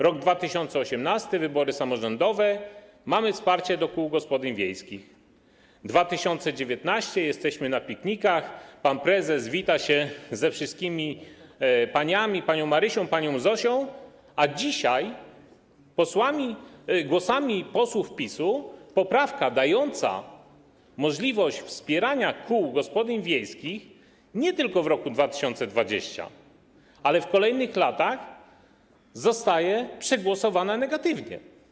Rok 2018 - wybory samorządowe, mamy wsparcie kół gospodyń wiejskich, 2019 r. - jesteśmy na piknikach, pan prezes wita się z wszystkimi paniami, panią Marysią, panią Zosią, a dzisiaj głosami posłów PiS-u poprawka dająca możliwość wspierania kół gospodyń wiejskich nie tylko w roku 2020, ale w kolejnych latach, zostaje przegłosowana negatywnie.